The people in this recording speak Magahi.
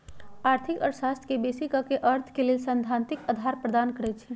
आर्थिक अर्थशास्त्र बेशी क अर्थ के लेल सैद्धांतिक अधार प्रदान करई छै